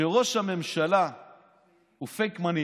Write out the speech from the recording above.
שראש הממשלה הוא פייק מנהיג.